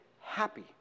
happy